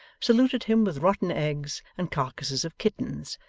saluted him with rotten eggs and carcases of kittens,